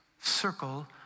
circle